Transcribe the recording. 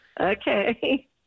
Okay